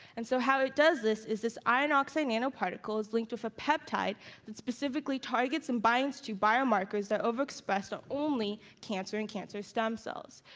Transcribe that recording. and so how it does this is, is this iron oxide nanoparticle is linked with a peptide that specifically targets and binds to biomarkers that are overexpressed on only cancer and cancer stem cells.